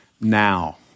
now